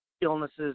illnesses